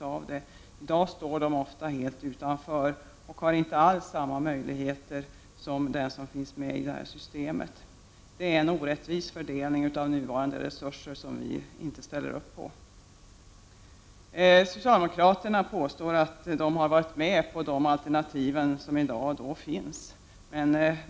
I dag står de ofta helt utanför och har inte alls samma möjlighet som de som så att säga finns med i systemet. Det är en orättvis fördelning av resurserna, något som vi inte ställer upp på. Socialdemokraterna påstår att de har varit med på de alternativ som i dag finns.